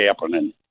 happening